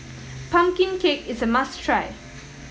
pumpkin cake is a must try